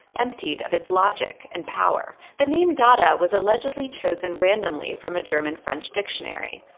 emptied of its logic and power. the name dada was allegedly chosen randomly from a german french dictionary.